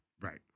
Right